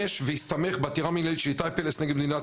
והסתמך בעתירה מינהלית של איתי פלס נגד מדינת